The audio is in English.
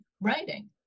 writing